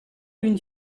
une